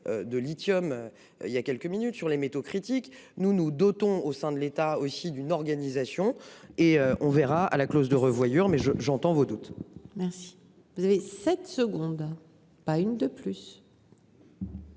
de lithium. Il y a quelques minutes sur les métaux critiques, nous nous dotons au sein de l'état aussi d'une organisation et on verra à la clause de revoyure mais je j'entends vaudou. Merci. Vous avez 7 secondes, pas une de plus.